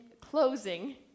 closing